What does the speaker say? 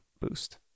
boost